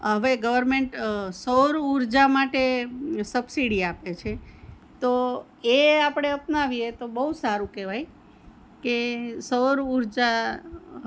હવે ગવર્મેન્ટ સૌર ઊર્જા માટે સબસીડી આપે છે તો એ આપણે અપનાવીએ તો બહુ સારું કહેવાય કે સૌર ઊર્જા